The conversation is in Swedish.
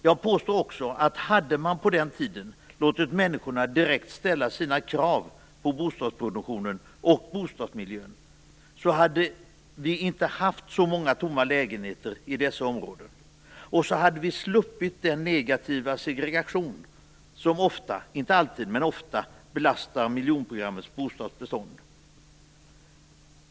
Jag påstår också att hade man på den tiden låtit människorna direkt ställa sina krav på bostadsproduktionen och boendemiljön, hade vi inte haft så många tomma lägenheter i dessa områden. Och så hade vi sluppit den negativa segregation som inte alltid men ofta belastar miljonprogrammets bostadsbestånd.